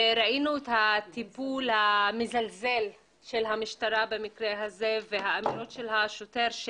וראינו את הטיפול המזלזל של המשטרה במקרה הזה והאמירות של השוטר.